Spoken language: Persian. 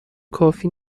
کافی